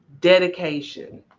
dedication